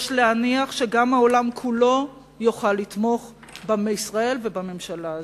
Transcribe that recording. יש להניח שגם העולם כולו יוכל לתמוך בישראל ובממשלה הזאת,